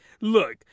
look